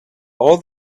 all